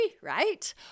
right